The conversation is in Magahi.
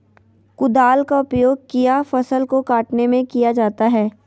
कुदाल का उपयोग किया फसल को कटने में किया जाता हैं?